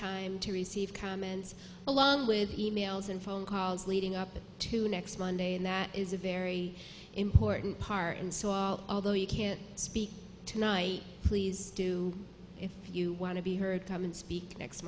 time to receive comments along with emails and phone calls leading up to next monday and that is a very important part and so i although you can't speak tonight please do if you want to be heard come and speak next